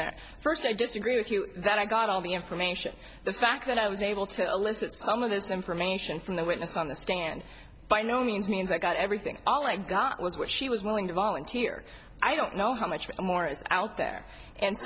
that first i disagree with you that i got all the information the fact that i was able to elicit some of this information from the witness on the stand by no means means i got everything all i got was what she was willing to volunteer i don't know how much more is out there and